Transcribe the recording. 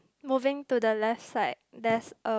moving to the left side there's a